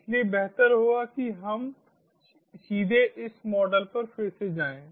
इसलिए बेहतर होगा कि हम सीधे इस मॉडल में फिर से जाएं